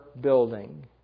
building